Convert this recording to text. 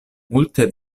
multe